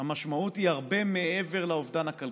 המשמעות היא הרבה מעבר לאובדן הכלכלי.